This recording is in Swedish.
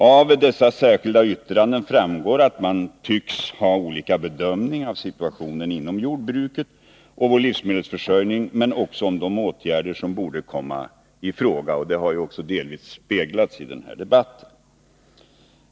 Av dessa särskilda yttranden framgår att man tycks ha olika bedömning av situationen inom jordbruket och när det gäller vår livsmedelsförsörjning, men också ha olika uppfattning om de åtgärder som borde komma i fråga. Det har delvis speglats i denna debatt.